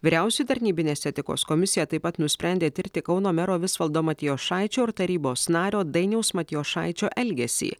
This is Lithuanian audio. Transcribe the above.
vyriausioji tarnybinės etikos komisija taip pat nusprendė tirti kauno mero visvaldo matijošaičio ir tarybos nario dainiaus matijošaičio elgesį